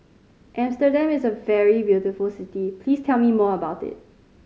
Amsterdam is a very beautiful city please tell me more about it